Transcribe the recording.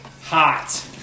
hot